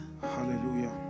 Hallelujah